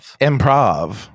Improv